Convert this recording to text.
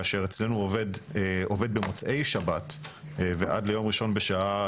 כאשר אצלנו עובד עובד במוצאי שבת ועד ליום ראשון בשעה